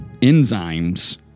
enzymes